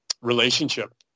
relationship